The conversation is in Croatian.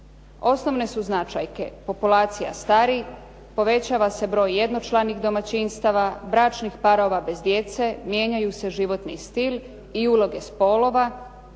Osnovne su značajke populacija starijih, povećava se broj jednočlanih domaćinstava, bračnih parova bez djece, mijenjaju se životni stil i uloge spolova,